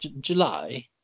July